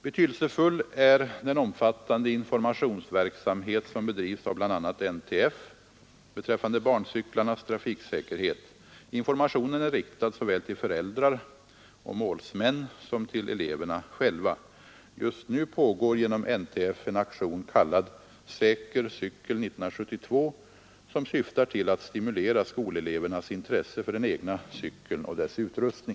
Betydelsefull är den omfattande informationsverksamhet som bedrivs av bl.a. NTF bet ande barncyklarnas trafiksäkerhet. Informationen är riktad såväl till föräldrar och målsmän som till eleverna själva. Just nu pågår genom NTF en aktion kallad ”Säker cykel 1972”, som syftar till att stimulera skolelevernas intresse för den egna cykeln och dess utrustning